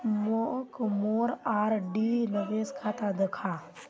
मोक मोर आर.डी निवेश खाता दखा